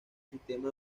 sistema